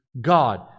God